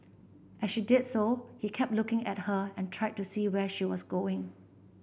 as she did so he kept looking at her and tried to see where she was going